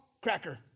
cracker